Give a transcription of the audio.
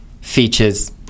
features